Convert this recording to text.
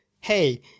hey